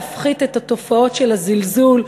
להפחית את התופעות של הזלזול והאי-אמון,